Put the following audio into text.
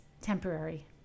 temporary